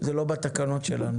זה לא בתקנות שלנו.